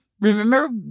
remember